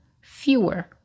fewer